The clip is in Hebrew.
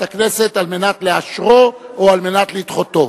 הכנסת על מנת לאשרו או על מנת לדחותו.